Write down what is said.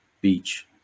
beach